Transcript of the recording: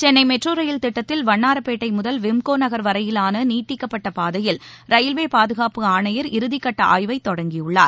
Chennai metro rail திட்டத்தில் வண்ணாரப்பேட்டை முதல் விம்கோ நகர் வரையான நீட்டிக்கப்பட்ட பாதையில் ரயில்வே பாதுகாப்பு ஆணையர் இறுதி கட்ட ஆய்வை தொடங்கியுள்ளார்